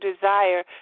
desire